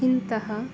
ಇಂತಹ